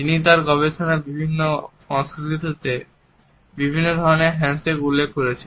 যিনি তার গবেষণায় বিভিন্ন সংস্কৃতিতে বিভিন্ন ধরণের হ্যান্ডশেক উল্লেখ করেছেন